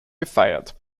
gefeiert